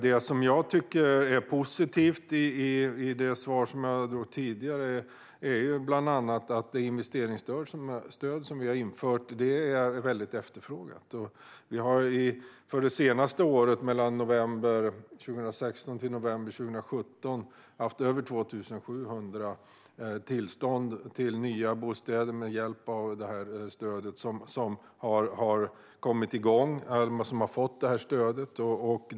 Det som jag tycker är positivt i det svar som jag gav tidigare är bland annat att det investeringsstöd som vi har infört är väldigt efterfrågat. Vi har för det senaste året - mellan november 2016 och november 2017 - haft över 2 700 tillstånd till nya bostäder med hjälp av det här stödet som har kommit igång eller som har fått det här stödet.